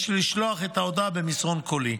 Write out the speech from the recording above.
יש לשלוח את ההודעה במסרון קולי.